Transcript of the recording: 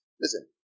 Listen